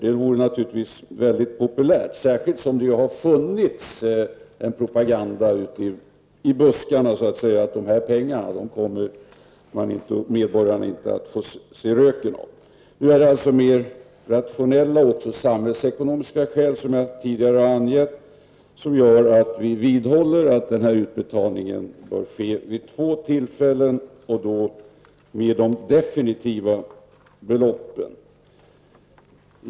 Det vore naturligtvis väldigt populärt att göra på det sättet, särskilt som det ju har förts en propaganda, ute i buskarna så att säga, att de här pengarna kommer medborgarna inte att få se röken av. Nu är det mera rationella och samhällsekonomiska skäl, som jag tidigare har angett, som gör att vi vidhåller att utbetalningen bör ske vid två tillfällen och då med de definitiva beloppen.